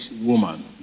woman